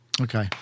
Okay